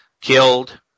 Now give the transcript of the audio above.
killed